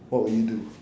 what will you do